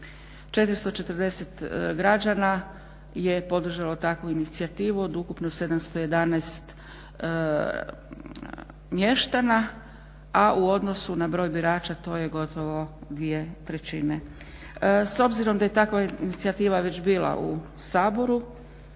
440 građana je podržalo takvu inicijativu od ukupno 711 mještana a u odnosu na broj birača to je gotovo dvije trećine. S obzirom da je takva inicijativa već bila u Saboru,